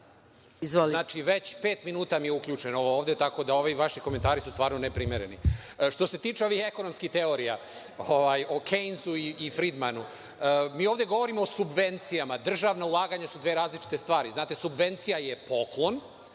Znači, već pet minuta mi je uključeno ovo ovde, tako da ovi vaši komentari su stvarno neprimereni. Što se tiče ovih ekonomskih teorija o Kejnsu i Fridmanu, mi ovde govorimo o subvencijama, državna ulaganja su dve različite stvari. Subvencija je poklon,